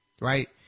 right